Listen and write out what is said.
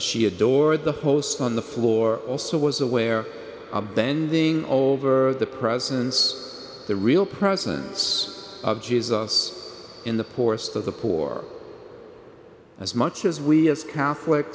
she adored the host on the floor also was aware of bending over the presence of the real presence of jesus in the poorest of the poor as much as we as catholic